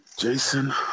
Jason